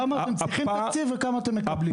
כמה תקציב אתם צריכים וכמה אתם מקבלים?